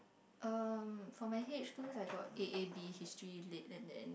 erm for my H twos I got A A B History Lit and then